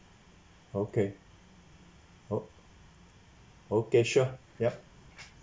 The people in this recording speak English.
okay orh okay sure yup